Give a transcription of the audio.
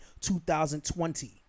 2020